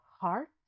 heart